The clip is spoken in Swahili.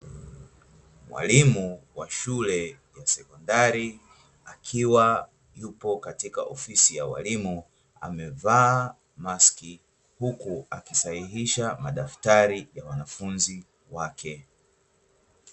Mwalimu wa shule ya sekondari, akiwa yupo katika ofisi ya walimu, amevaa maski, huku akiwa anasahihisha madaftari ya wanafunzi wake.